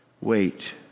Wait